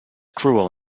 cruel